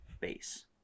base